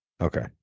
Okay